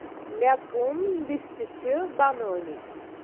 مےٚ کٕم لِسٹہٕ چھِ بنٲومٕتۍ